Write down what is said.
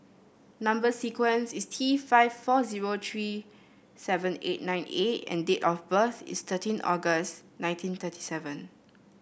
number sequence is T five four zero three seven eight nine A and date of birth is thirteen August nineteen thirty seven